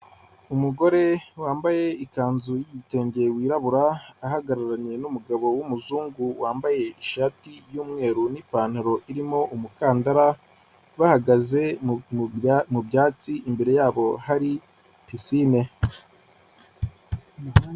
Umugore wambaye ikanzu y'igitenge wirabura, ahagararanye n'umugabo w'umuzungu wambaye ishati y'umweru n'ipantaro irimo umukandara, bahagaze mu byatsi imbere yabo hari pisine.